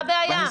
מה הבעיה?